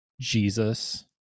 jesus